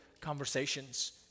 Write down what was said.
conversations